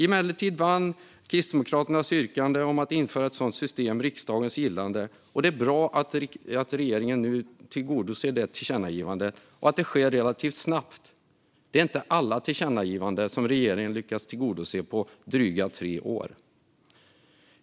Emellertid vann Kristdemokraternas yrkande om att införa ett sådant system riksdagens gillande. Det är bra att regeringen nu tillgodoser det tillkännagivandet och att det sker relativt snabbt. Det är inte alla tillkännagivanden som regeringen lyckas tillgodose på dryga tre år.